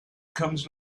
comes